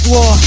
War